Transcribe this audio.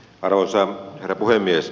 arvoisa herra puhemies